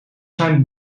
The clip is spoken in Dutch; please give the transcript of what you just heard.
zijn